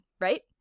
right